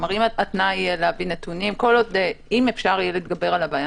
אם התנאי יהיה להביא נתונים אם אפשר יהיה להתגבר על הבעיה